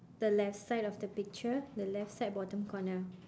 the left side of the picture the left side bottom corner